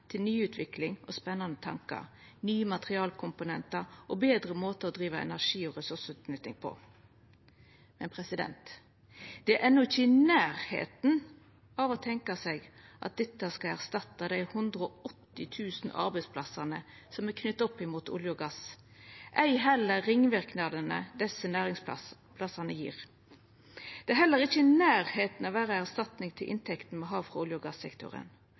til nyutvikling og spanande tankar, nye materialkomponentar og betre måtar å driva energi- og ressursutnytting på. Men ein er enno ikkje i nærleiken av å tenkja seg at dette skal erstatta dei 180 000 arbeidsplassane som er knytte opp mot olje og gass, heller ikkje ringverknadane desse arbeidsplassane gjev. Det er heller ikkje i nærleiken av å vera ei erstatning for inntektene me har frå olje- og gassektoren.